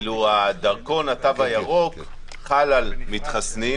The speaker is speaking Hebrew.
ואילו דרכון התו הירוק חל על מתחסנים,